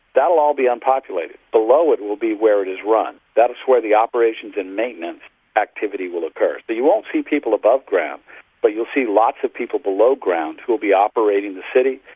that will all be unpopulated, below it will be where it is run, that is where the operations and maintenance activity will occur. so you won't see people above ground but you'll see lots of people below ground who will be operating the city,